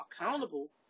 accountable